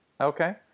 Okay